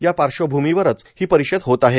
या पाश्रवभूमीवरच ही परिषद होत आहे